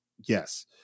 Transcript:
Yes